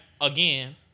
again